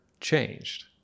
changed